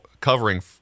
covering